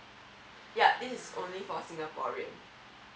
yeah this is only for singaporean